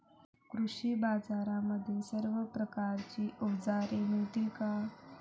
कृषी बाजारांमध्ये सर्व प्रकारची अवजारे मिळतील का?